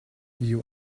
you